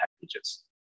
packages